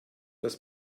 das